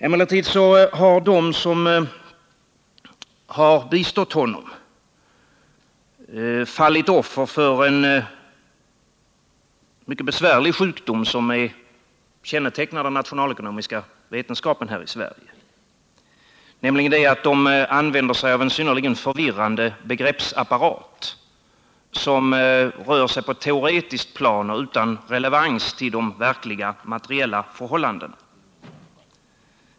Emellertid har de som har bistått honom fallit offer för en mycket besvärlig sjukdom, som är kännetecknande för den nationalekonomiska vetenskapen här i Sverige, nämligen att de använder sig av en synnerligen förvirrande begreppsapparat, med en teoretisk inriktning utan relevans till de verkliga materiella förhållandena.